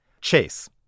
chase